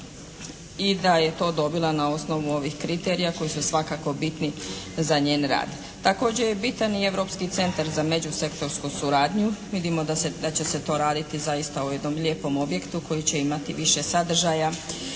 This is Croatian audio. i da je to dobila na osnovu ovih kriterija koji su svakako bitni za njen rad. Također je bitan i Europski centar za međusektorsku suradnju, vidimo da će se to raditi zaista u jednom lijepom objektu koji će imati više sadržaja